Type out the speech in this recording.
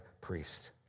priest